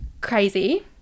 crazy